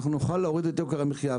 אנחנו נוכל להוריד את יוקר המחיה.